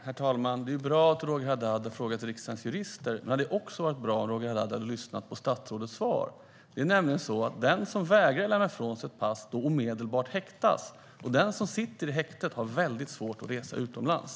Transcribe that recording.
Herr talman! Det är ju bra att Roger Haddad har frågat riksdagens jurister. Men det hade också varit bra om Roger Haddad hade lyssnat på statsrådets svar. Det är nämligen så att den som vägrar att lämna ifrån sig sitt pass ska omedelbart häktas. Den som sitter i häkte har väldigt svårt att resa utomlands.